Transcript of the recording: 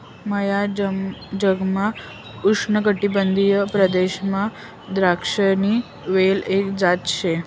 नया जगमा उष्णकाटिबंधीय प्रदेशमा द्राक्षसनी वेल एक जात शे